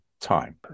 time